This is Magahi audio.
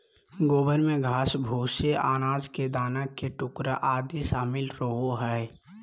गोबर में घास, भूसे, अनाज के दाना के टुकड़ा आदि शामिल रहो हइ